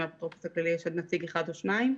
לאפוטרופוס הכללי יש שם נציג אחד או שניים.